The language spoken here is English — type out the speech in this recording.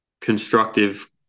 constructive